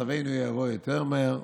ומצבנו יבוא יותר מהר.